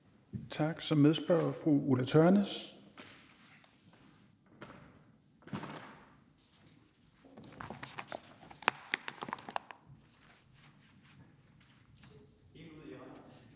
Tak. Så er det medspørger fru Ulla Tørnæs.